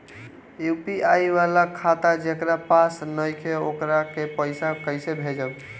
UPI वाला खाता जेकरा पास नईखे वोकरा के पईसा कैसे भेजब?